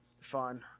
fun